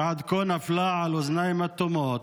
שעד כה נפלה על אוזניים אטומות,